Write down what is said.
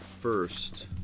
first